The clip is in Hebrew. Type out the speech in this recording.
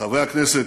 חברי הכנסת,